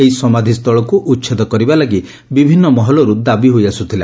ଏହି ସମାଧ ସ୍ଥଳକୁ ଉଛେଦ କରିବା ଲାଗି ବିଭିନ୍ ମହଲରୁ ଦାବି ହୋଇଆସୁଥିଲା